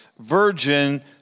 virgin